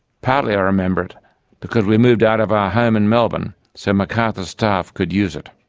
partly i remember it because we moved out of our home in melbourne so macarthur's staff could use it.